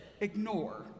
ignore